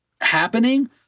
happening